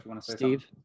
Steve